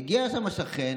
מגיע לשם השכן